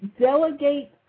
delegate